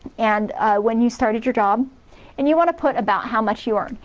and when you started your job and you want to put about how much you earn.